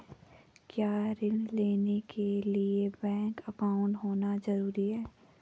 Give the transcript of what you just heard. क्या ऋण लेने के लिए बैंक अकाउंट होना ज़रूरी है?